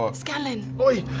ah scanlan.